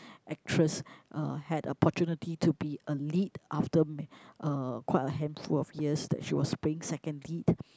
actress uh had opportunity to be a lead after ma~ uh quite a handful of years that she was being second lead